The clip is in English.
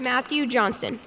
matthew johnston